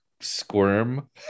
squirm